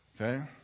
okay